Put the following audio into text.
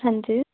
ਹਾਂਜੀ